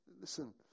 listen